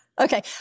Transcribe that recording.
Okay